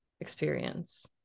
experience